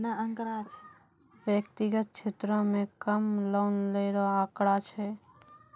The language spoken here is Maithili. व्यक्तिगत क्षेत्रो म कम लोन लै रो आंकड़ा छै